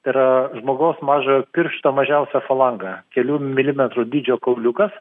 tai yra žmogaus mažojo piršto mažiausia falanga kelių milimetrų dydžio kauliukas